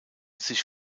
sich